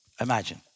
Imagine